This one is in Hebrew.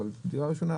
אבל דירה ראשונה,